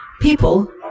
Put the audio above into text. people